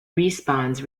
respawns